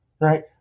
right